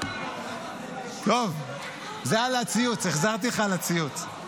זה על הציוץ, החזרתי לך על הציוץ.